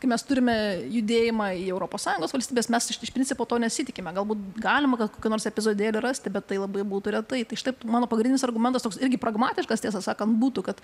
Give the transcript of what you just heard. kai mes turime judėjimą į europos sąjungos valstybes mes iš principo to nesitikime galbūt galima gal kokį nors epizodėlį rasti bet tai labai būtų retai tai štai mano pagrindinis argumentas toks irgi pragmatiškas tiesą sakant būtų kad